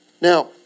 Now